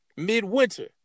midwinter